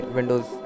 Windows